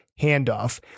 handoff